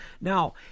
now